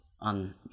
on